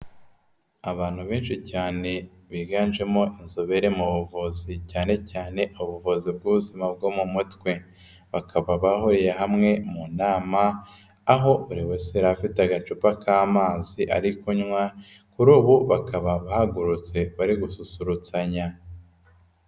Abantu benshi cyane biganjemo inzobere mu buvuzi cyane cyane ubuvuzi bw'ubuzima bwo mu mutwe, bakaba bahuriye hamwe mu nama, aho buri wese yari afite agacupa k'amazi ariko kunywa, kuri ubu bakaba bahagurutse bari gususurutsanya.